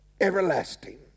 everlasting